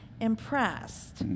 impressed